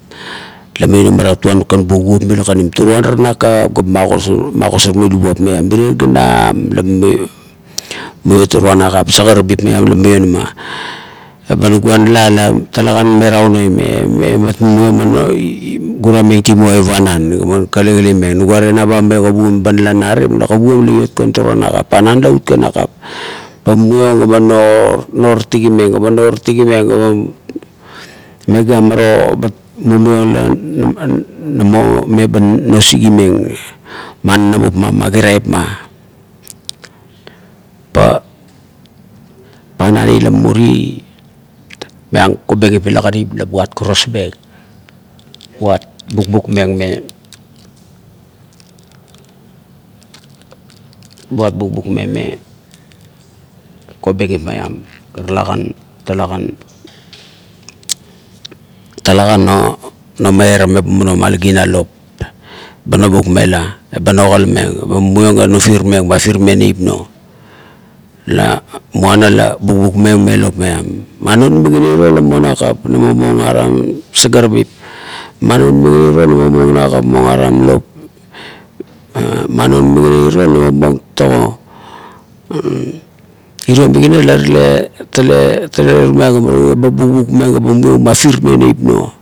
La mionama kan bo kuop mila kanim toroam are nakap ga magosarmeng lukuap maiam, merie ganam la mumio, mumio toroan nakap, sagarabit maian la mionama. Eba nugua ala talekan merau nome, bat man mumio gura meng tiro ai panan man kalekale meng, nuga tenaba me kuguam ba nala narim la kuguom kan urie toroan nakap, panan la ut kan nakap. Ba mumiong ga man no riktigi meng ga no riktigi meng ga megiamara <man, man, man> namo meba no sisimeng ma nanamup ma, ma giraip ma, pa panan ila mumuri, maiam kobengip mila kanim la buat krosmeng, buat bukbak meng me, buat bukbukmeng me kobengip maiam ga talakan, talakan, talakan no miairang me ba munang mmalaginang lop, eba no bukmela, eba nogalameng eba mumiong ga nofirmeng, mafirmeng neip muo, la muana la bukbukmeng me lop maiam, man non migana iro la muo nakap, ia na mo muong aram sagarabit, ma non migana iro la na mo mueng aram lop, man non migana iro la no mo muong tago, iro migana la tale-tale kan tume agamarung, eba bukbukmeng ga ba afirmeng neip nao